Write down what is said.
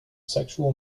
sexual